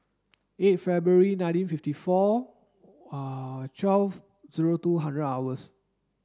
eight February nineteen fifty four twelve zero two hundred hours